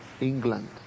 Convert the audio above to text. England